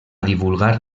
divulgar